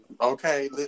Okay